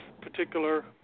particular